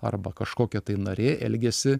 arba kažkokia tai narė elgiasi